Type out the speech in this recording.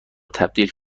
تبدیل